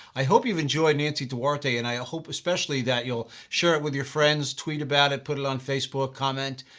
i hope you've enjoyed nancy duarte, and i hope especially that you'll share it with your friends, twit about it, put it on facebook comment,